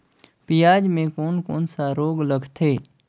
पियाज मे कोन कोन सा रोग लगथे?